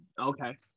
Okay